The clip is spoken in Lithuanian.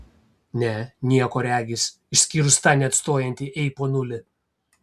ne nieko regis išskyrus tą neatstojantį ei ponuli